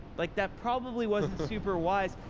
like that probably wasn't super wise.